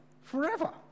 forever